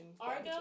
Argo